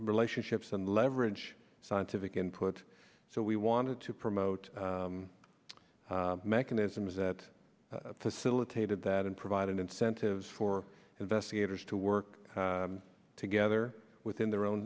relationships and leverage scientific input so we wanted to promote mechanisms that facilitated that and provided incentives for investigators to work together within their own